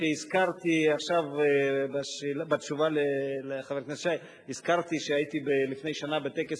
כשהזכרתי עכשיו בתשובה לחבר הכנסת שי שהייתי לפני שנה בטקס